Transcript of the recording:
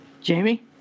Jamie